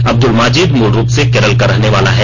अब्दुल माजिद मुल रूप से केरल का रहने वाला है